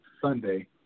Sunday